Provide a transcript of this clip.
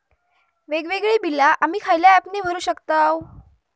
वेगवेगळी बिला आम्ही खयल्या ऍपने भरू शकताव?